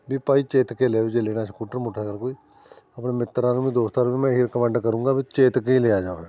ਵੀ ਭਾਈ ਚੇਤਕ ਏ ਲਿਓ ਜੇ ਲੈਣਾ ਸਕੂਟਰ ਮੋਟਰਸਾਈਕਲ ਕੋਈ ਆਪਣੇ ਮਿੱਤਰਾਂ ਨੂੰ ਵੀ ਦੋਸਤਾਂ ਨੂੰ ਵੀ ਮੈਂ ਇਹੀ ਰਿਕਮੈਂਡ ਕਰੂੰਗਾ ਵੀ ਚੇਤਕ ਹੀ ਲਿਆ ਜਾਵੇ